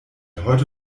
heute